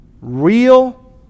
real